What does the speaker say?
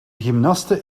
gymnaste